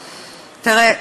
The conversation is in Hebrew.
תראה,